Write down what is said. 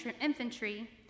infantry